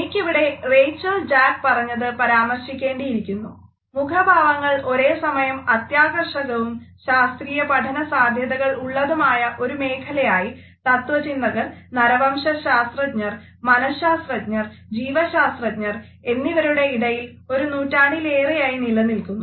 എനിക്കിവിടെ Rachel Jack പറഞ്ഞത് പരാമർശിക്കേണ്ടിയിരിക്കുന്നു മുഖഭാവങ്ങൾ ഒരേസമയം അത്യാകർഷകവും ശാസ്ത്രീയ പഠന സാദ്ധ്യതകൾ ഉള്ളതുമായ ഒരു മേഖലയായി തത്വചിന്തകർ നരവംശശാസ്ത്രജ്ഞർ മനഃശാസ്ത്രജ്ഞർ ജീവശാത്രജ്ഞർ എന്നിവരുടെ ഇടയിൽ ഒരു നൂറ്റാണ്ടിലേറെയായി നിലനിൽക്കുന്നു